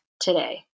today